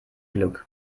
glück